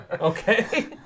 Okay